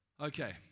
Okay